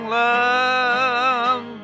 love